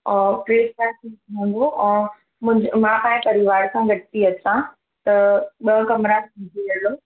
हलंदो और मां पंहिंजे परिवार सां गॾु थी अचां त ॿ कमरा विझी छॾिजो